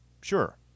Sure